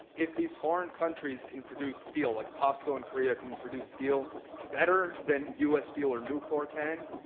if these foreign countries can produce steel, like pasco in korea can produce steel better than us steel or nucor can,